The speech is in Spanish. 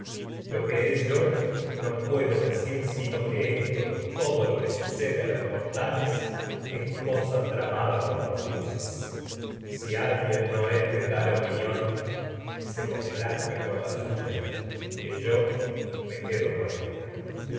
lo que y el yo infierno aquel esto y cinturón es puedo decir es sino que trama todo lo que sucede a los no mortales cosa da por los dioses si alguien con es de tal opinión que se complazca la suya que yo me quedo con ésta